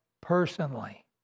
personally